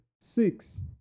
Six